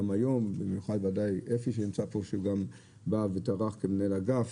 במיוחד ודאי אפי שנמצא פה שבה וטרח כמנהל האגף,